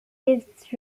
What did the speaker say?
its